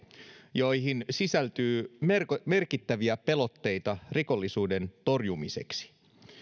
joihin sisältyy merkittäviä pelotteita rikollisuuden torjumiseksi